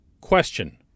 question